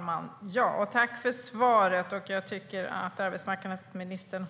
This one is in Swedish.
Fru talman! Tack för svaret, arbetsmarknadsministern! Jag tycker att arbetsmarknadsministern